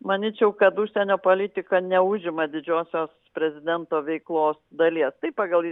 manyčiau kad užsienio politika neužima didžiosios prezidento veiklos dalies taip pagal